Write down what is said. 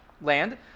land